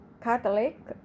catholic